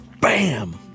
bam